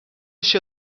się